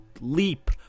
leap